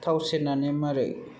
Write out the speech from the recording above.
थाव सेरनानै माबोरै